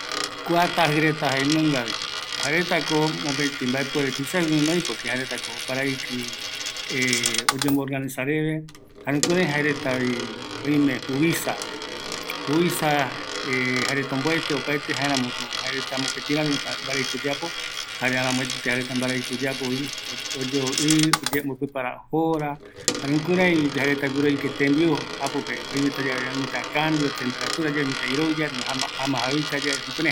﻿Kua tajɨ reta jaenungavi, jaeretako mopeti mbaepuere tuisague guinoï, porque jaeretako oparavɨkɨ oyembo organisa reve, jare jukurai jaeretavi oime juvisa, juvisa jaereta omboete opaete jaeramoko jaereta mopeti rami mbaraiki oyapo, jare aramoete mbaraviki oyapovi, oyoo i, oyembo prepara jora jare jukurai rupi jaereta guiroike tembiu ápope tembiu äpope, oimetrayae oimeta kambio, temperatura, oimeta iroiyae, ani ama jaivitayae jukurai